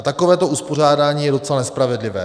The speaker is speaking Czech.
Takovéto uspořádání je docela nespravedlivé.